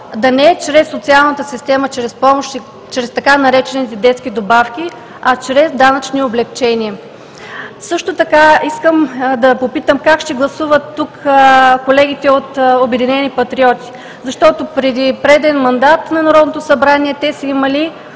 да не е чрез социалната система, чрез така наречените детски добавки, а чрез данъчни облекчения. Искам да попитам как ще гласуват тук колегите от „Обединени патриоти“, защото в преден мандат на Народното събрание те са имали